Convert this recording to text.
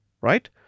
right